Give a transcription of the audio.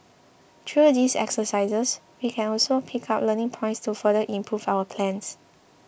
through these exercises we can also pick up learning points to further improve our plans